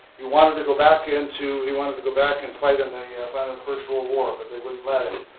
he wanted to go back into. he wanted to go back, and fight in the yeah and first world war but they wouldn't let him.